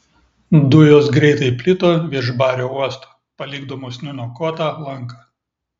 dujos greitai plito virš bario uosto palikdamos nuniokotą lanką